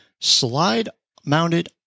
slide-mounted